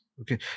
okay